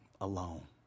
alone